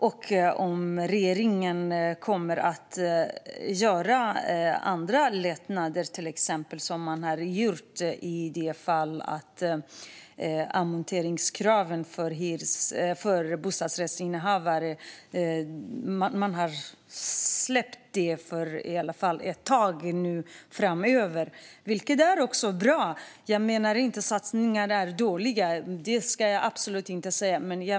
Och kommer regeringen att göra andra lättnader liknande dem som man har gjort för bostadsrättsinnehavarna, alltså att man har släppt amorteringskraven under en tid framöver? Det är bra. Jag menar inte att dessa satsningar är dåliga; det ska jag absolut inte säga.